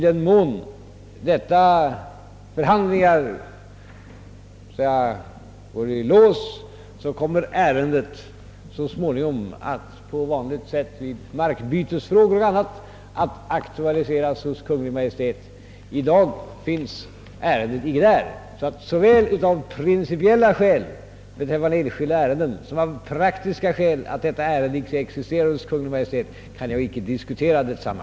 Om dessa förhandlingar går i lås, kommer ärendet så småningom på sätt som sker vid markbytesfrågor att aktualiseras hos Kungl. Maj:t. Ännu ligger ärendet inte hos Kungl. Mai:t. Dels av principiella skäl, eftersom det gäller ett enskilt ärende, dels av praktiska skäl, eftersom ärendet inte existerar hos Kungl. Maj:t, kan jag inte diskutera detsamma.